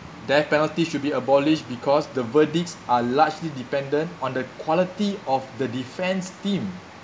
death penalty should be abolished because the verdicts are largely dependent on the quality of the defence team